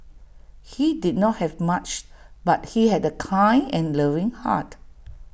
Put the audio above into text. he did not have much but he had A kind and loving heart